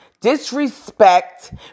Disrespect